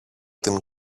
την